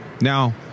Now